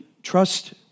Trust